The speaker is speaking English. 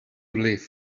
live